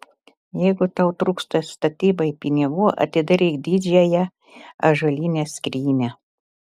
jeigu tau trūksta statybai pinigų atidaryk didžiąją ąžuolinę skrynią